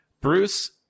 Bruce